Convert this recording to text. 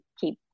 keep